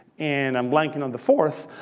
and i'm blanking on the fourth.